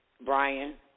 Brian